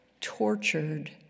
tortured